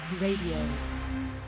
Radio